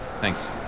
Thanks